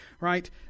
right